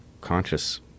conscious